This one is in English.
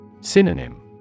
Synonym